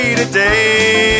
today